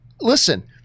Listen